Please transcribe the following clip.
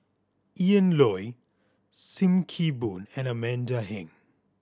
Ian Loy Sim Kee Boon and Amanda Heng